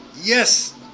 Yes